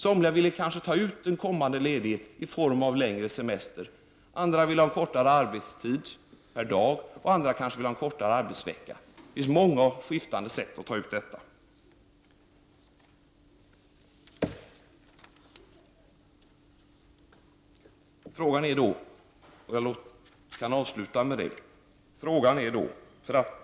Somliga vill kanske ta ut en kommande ledighet i form av längre semester, andra vill ha en kortare arbetstid per dag och andra återigen kanske vill ha en kortare arbetsvecka. Det finns många och skiftande sätt att ta ut detta på.